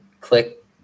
click